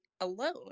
alone